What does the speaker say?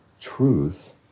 Truth